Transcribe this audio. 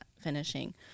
finishing